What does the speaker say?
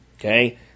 Okay